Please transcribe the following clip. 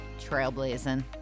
trailblazing